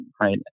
right